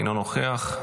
אינו נוכח,